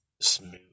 Smooth